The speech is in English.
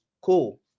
Cool